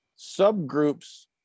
subgroups